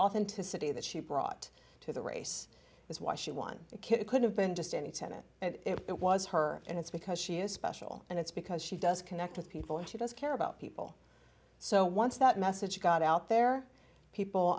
authenticity that she brought to the race is why she won kid it could have been just any tenet it was her and it's because she is special and it's because she does connect with people and she does care about people so once that message got out there people